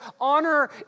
honor